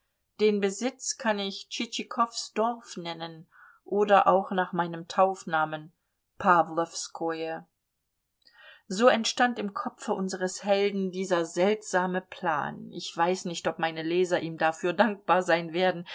den besitz kann ich tschitschikows dorf nennen oder auch nach meinem taufnamen pawlowskoje so entstand im kopfe unseres helden dieser seltsame plan ich weiß nicht ob meine leser ihm dafür dankbar sein werden